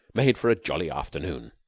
made for a jolly afternoon.